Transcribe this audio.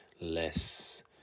less